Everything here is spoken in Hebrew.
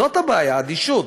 זאת הבעיה, אדישות.